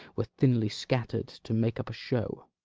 were thinly scatter'd, to make up a show.